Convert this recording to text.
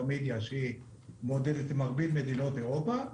מדיה שהיא מודדת בהרבה מדינות באירופה.